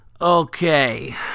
Okay